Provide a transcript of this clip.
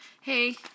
Hey